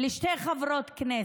לשתי חברות כנסת,